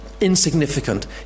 insignificant